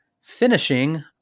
finishing